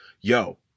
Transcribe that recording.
Yo